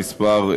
המספר,